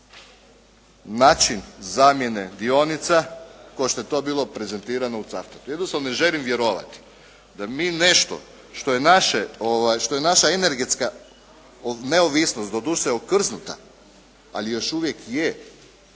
način zamjene dionica kao što je to bilo prezentirano u Cavtatu. Jednostavno ne želim vjerovati da mi nešto što je naša energetska neovisnost doduše okrznuta ali još uvijek je,